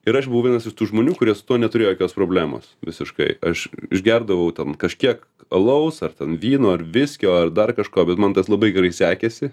ir aš buvau vienas iš tų žmonių kurie su tuo neturėjo jokios problemos visiškai aš išgerdavau ten kažkiek alaus ar ten vyno ar viskio ar dar kažko bet man tas labai gerai sekėsi